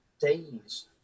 days